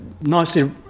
nicely